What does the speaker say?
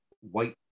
white